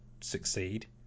succeed